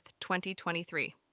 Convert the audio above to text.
2023